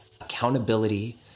accountability